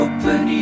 Open